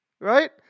Right